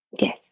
Yes